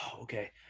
Okay